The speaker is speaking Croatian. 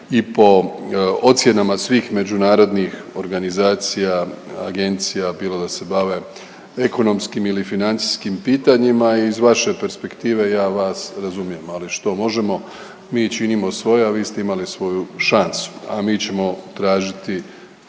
i po ocjenama svih međunarodnih organizacija, agencija, bilo da se bave ekonomskim ili financijskim pitanjima, iz vaše perspektive ja vas razumijem, ali što možemo mi činimo svoje, a vi ste imali svoju šansu, a mi ćemo tražiti